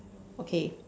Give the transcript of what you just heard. okay